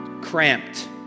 cramped